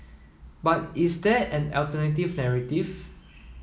but is there an alternative narrative